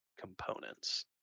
components